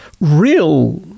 real